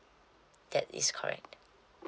that is correct